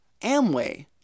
Amway